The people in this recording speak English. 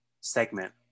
segment